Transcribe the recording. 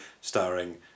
starring